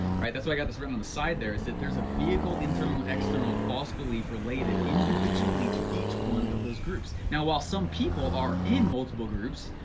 right, that's why i got this written on the side there is that there's a vehicle, internal and external false belief related individually to each one of those groups. now, while some people are in multiple groups,